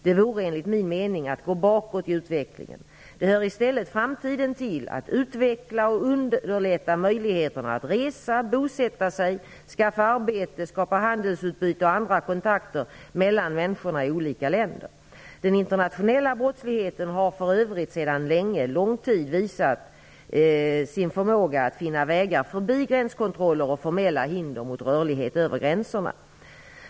Det vore enligt min mening att gå bakåt i utvecklingen Det hör i stälIet framtiden till att utveckla och underlätta möjligheterna att resa, bosätta sig, skaffa arbete, skapa handelsutbyte och andra kontakter melIan människorna i olika länder. Den internationella brottsligheten har för övrigt redan sedan lång tid visat sin förmåga att finna vägar förbi gränskontroller och formella hinder mot rörlighet över gränserna.